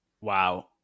wow